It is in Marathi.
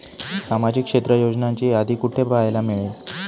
सामाजिक क्षेत्र योजनांची यादी कुठे पाहायला मिळेल?